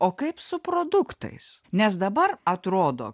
o kaip su produktais nes dabar atrodo